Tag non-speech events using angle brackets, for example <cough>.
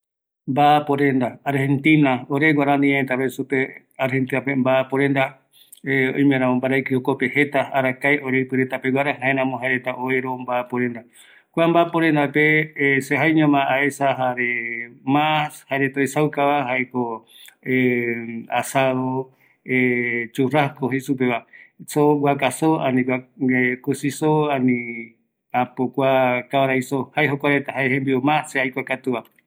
﻿Mbaaporenda, Argentina, oreguaramo roe supe Argentina pe Mbaporenda <hesitation> oimearavo mbaraiki jpkope jeta arkae, <unintelligible> jaeramo roe supe mbaporenda, kua mbaporendape se jaeñoma aesa jare ma jaereta uesakava jaeko <hesitation> asado <hesitation> churrasco jeisupeva zo, guaka zo, ani cusi zo ani apo kua cabara zo, jokua reta jae y jembiu ma aesa katu va